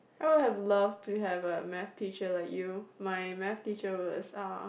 I would have loved to have a math teacher like you my math teacher was uh